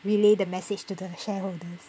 relay the message to the shareholders